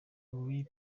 lil